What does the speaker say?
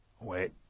Wait